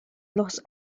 los